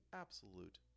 absolute